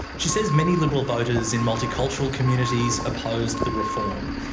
she says many liberal voters in multicultural communities opposed the reform.